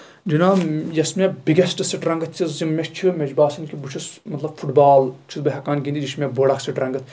جِناب یۄس مےٚ بگیسٹ سٹرنٛگٕتھ چھِ مےٚ چھِ مےٚ چھُ باسان کہِ بہٕ چھُس مطلب فُٹ بال چھُس بہٕ ہٮ۪کان گنٛدِتھ یہِ چھ مےٚ بٔڑ اکھ سٹرنٛگٕتھ